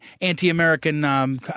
anti-American